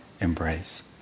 embrace